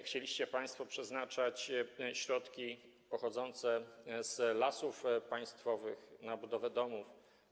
Chcieliście państwo przeznaczać środki pochodzące z Lasów Państwowych na budowę domów.